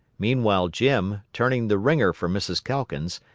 meanwhile jim, turning the wringer for mrs. calkins,